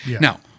Now